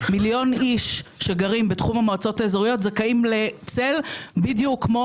מיליון איש שגרים בתחום המועצות האזוריות זכאים לצל בדיוק כמו